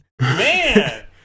Man